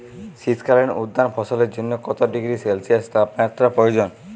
শীত কালীন উদ্যান ফসলের জন্য কত ডিগ্রী সেলসিয়াস তাপমাত্রা প্রয়োজন?